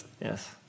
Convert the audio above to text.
Yes